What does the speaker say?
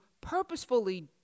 purposefully